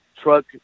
truck